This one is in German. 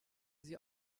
sie